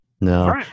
no